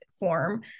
Form